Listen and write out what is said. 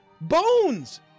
bones